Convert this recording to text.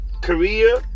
Korea